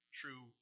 true